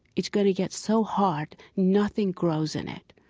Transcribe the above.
it's going to get so hard nothing grows in it.